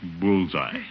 Bullseye